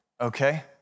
okay